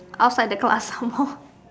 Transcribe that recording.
off right they go ask some more